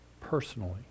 personally